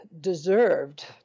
deserved